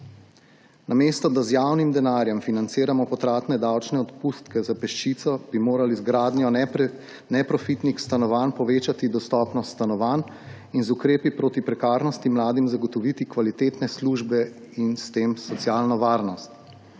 Namesto da z javnim denarjem financiramo potratne davčne odpustke za peščico, bi morali z gradnjo neprofitnih stanovanj povečati dostopnost stanovanj in z ukrepi proti prekarnosti mladim zagotoviti kvalitetne službe in s tem socialno varnost.